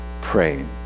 praying